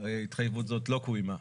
התחייבות זאת לא קוימה,